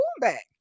back